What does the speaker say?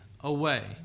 away